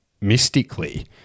mystically